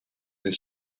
mil